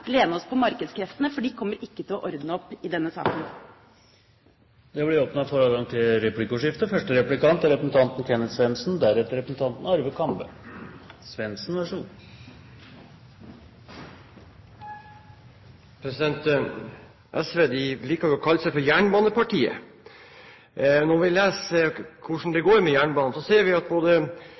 lene oss på markedskreftene, for de kommer ikke til å ordne opp i denne saken. Det blir replikkordskifte. SV liker jo å kalle seg for jernbanepartiet. Når vi leser hvordan det går med jernbanen, ser vi at kapasiteten er sprengt, det er forsinkelser, Schenker og Posten tar ut frakten og sender den med trailere isteden, selv på